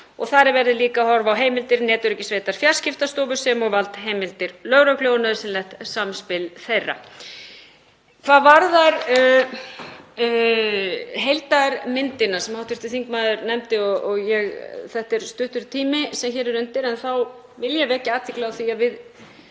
og þar er líka verið að horfa á heimildir netöryggissveitar Fjarskiptastofu sem og valdheimildir lögreglu og nauðsynlegt samspil þeirra. Hvað varðar heildarmyndina sem hv. þingmaður nefndi — þetta er stuttur tími sem hér er undir — þá vil ég vekja athygli á því að við